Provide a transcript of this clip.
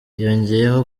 yongeyeho